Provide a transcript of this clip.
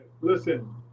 listen